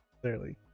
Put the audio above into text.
Clearly